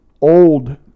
old